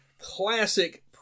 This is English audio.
classic